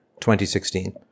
2016